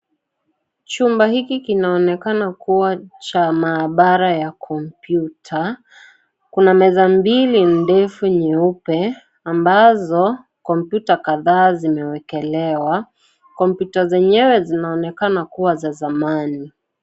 Chumba hiki kinaonekana kuwa cha maabara ya kompyuta. Kuna meza mbili ndefu nyeupe ambazo kompyuta kadhaa zimewekelewa. Kompyuta zenyewe zinaonekana kuwa za zamani.